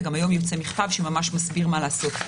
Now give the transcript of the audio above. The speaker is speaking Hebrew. היום גם יוצא מכתב שממש מסביר מה לעשות.